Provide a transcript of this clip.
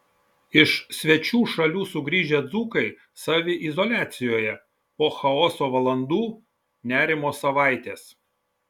iš svečių šalių sugrįžę dzūkai saviizoliacijoje po chaoso valandų nerimo savaitės